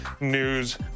news